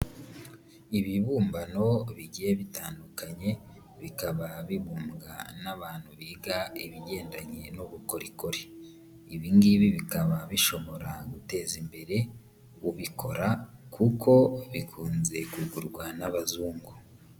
Ibibumbano bigiye bitandukanye bikaba bibumbwa n'abantu biga ibigendanye n'ubukorikori, ibingibi bikaba bishobora guteza imbere ubikora kuko bikunze kugurwa n'abazungu.